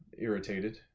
irritated